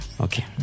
Okay